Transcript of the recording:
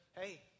hey